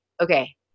okay